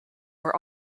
were